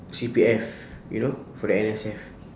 C_P_F you know for the N_S_F